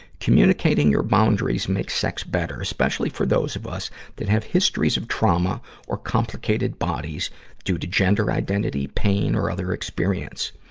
communicating your boundaries makes sex better, especially for those of us that have histories of trauma or complicated bodies due to gender identity, pain, or other experience.